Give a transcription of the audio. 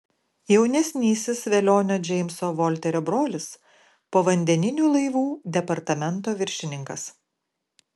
jaunesnysis velionio džeimso volterio brolis povandeninių laivų departamento viršininkas